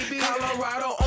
Colorado